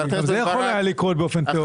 גם זה יכול היה לקרות באופן תיאורטי.